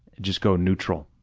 just go neutral.